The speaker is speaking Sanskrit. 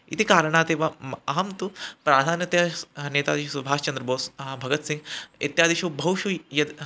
इति कारणादेव अहं तु प्राधान्यतया स् नेताजि सुभाष् चन्द्रबोस् भगत् सिङ्ग् इत्यादिषु बहुषु यत्